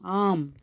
आम्